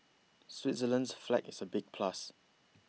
Switzerland's flag is a big plus